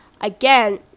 again